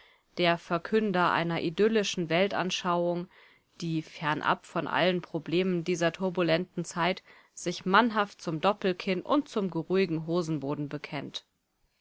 der verkünder einer idyllischen weltanschauung die fernab von allen problemen dieser turbulenten zeit sich mannhaft zum doppelkinn und zum geruhigen hosenboden bekennt